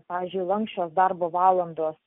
pavyzdžiui lanksčios darbo valandos